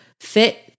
fit